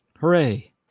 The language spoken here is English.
Hooray